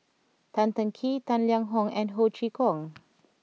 Tan Teng Kee Tang Liang Hong and Ho Chee Kong